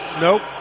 Nope